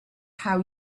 how